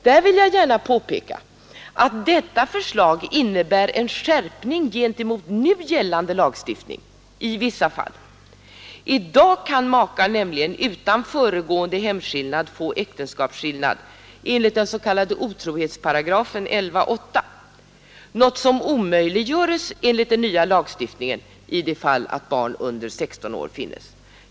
Jag vill gärna påpeka att detta förslag innebär en skärpning gentemot den nu gällande lagstiftningen i vissa fall. I dag kan makar nämligen utan föregående hemskillnad få äktenskapsskillnad enligt den s.k. otrohetsparagrafen 11:8, något som omöjliggörs enligt den nya lagstiftningen i det fall att barn under 16 år finns.